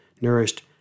nourished